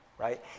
right